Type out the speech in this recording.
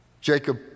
Jacob